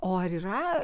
o ar yra